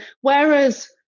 whereas